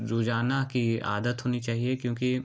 रोजाना की आदत होनी चाहिए क्योंकि